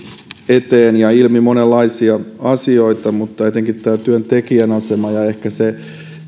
eteen ja ilmi monenlaisia asioita mutta etenkin tämä työntekijän asema ja ehkä se